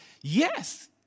Yes